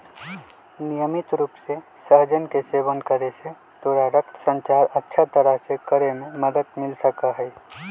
नियमित रूप से सहजन के सेवन करे से तोरा रक्त संचार अच्छा तरह से करे में मदद मिल सका हई